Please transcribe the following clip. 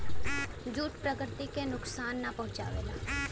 jute प्रकृति के नुकसान ना पहुंचावला